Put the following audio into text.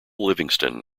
livingston